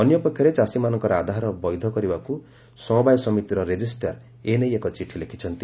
ଅନ୍ୟ ପକ୍ଷରେ ଚାଷୀମାନଙ୍କର ଆଧାର ବୈଧ କରିବାକୁ ସମବାୟ ସମିତିର ରେଜିଷ୍ଟାର ଏ ନେଇ ଏକ ଚିଠି ଲେଖିଛନ୍ତି